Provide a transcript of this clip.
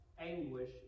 anguish